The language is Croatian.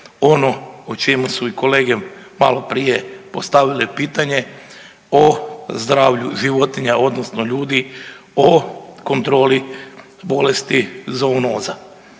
ono o čemu su i kolege maloprije postavile pitanje o zdravlju životinja odnosno ljudi, o kontroli bolesti zoonoza.